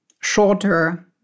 shorter